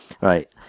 Right